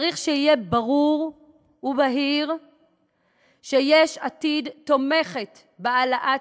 צריך שיהיה ברור ובהיר שיש עתיד תומכת בהעלאת